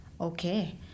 okay